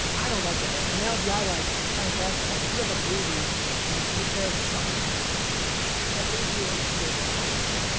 i don't like that analogy. i like it's kind of dark, but like, if you have a baby and you take care of it, sometimes that baby is either going to,